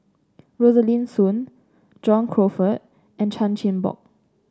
Rosaline Soon John Crawfurd and Chan Chin Bock